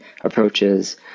approaches